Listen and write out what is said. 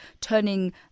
turning